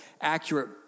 accurate